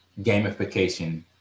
gamification